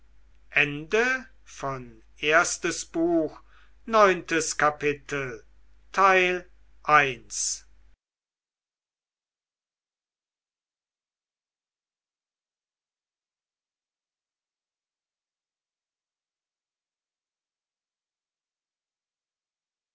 erstes buch erstes kapitel